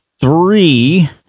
three